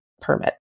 permit